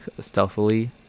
stealthily